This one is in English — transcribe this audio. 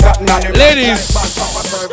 ladies